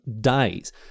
days